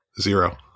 Zero